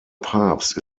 papst